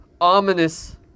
ominous